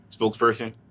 spokesperson